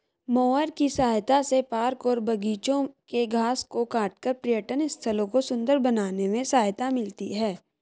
mower की सहायता से पार्क और बागिचों के घास को काटकर पर्यटन स्थलों को सुन्दर बनाने में सहायता मिलती है